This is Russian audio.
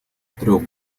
трех